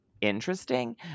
interesting